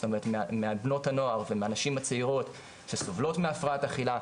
זאת אומרת מבנות הנוער ומהנשים הצעירות שסובלות מהפרעת אכילה,